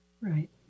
Right